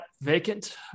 vacant